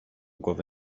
głowy